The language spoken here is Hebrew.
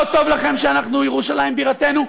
לא טוב לכם שירושלים בירתנו?